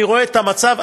אני רואה את המצב,